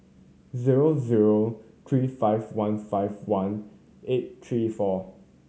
zero zero three five one five one eight three four